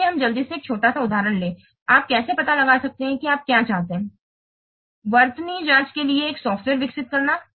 आइए हम जल्दी से एक छोटा सा उदाहरण लें आप कैसे पता लगा सकते हैं कि आप क्या चाहते हैं वर्तनी जाँच के लिए एक सॉफ्टवेयर विकसित करना